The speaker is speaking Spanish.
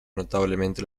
notablemente